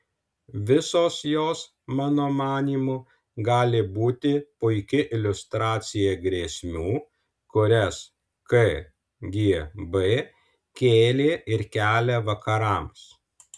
visos jos mano manymu gali būti puiki iliustracija grėsmių kurias kgb kėlė ir kelia vakarams